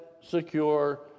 secure